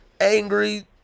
angry